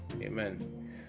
amen